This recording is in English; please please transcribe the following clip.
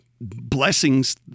blessings